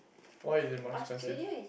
why is it more expensive